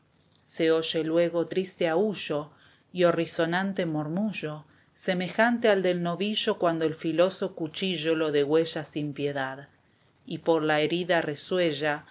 se oye luego triste aúllo y horrisonante murmullo semejante al del novillo cuando el filoso cuchillo lo degüella sin piedad y por la herida resuella